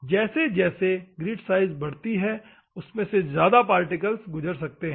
जैसे जैसे grit size बढ़ती है उसमे से ज्यादा पार्टिकल्स गुजर सकते है